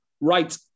Right